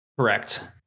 Correct